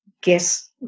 guess